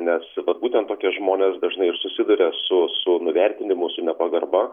nes vat būtent tokie žmonės dažnai ir susiduria su su nuvertinimu su nepagarba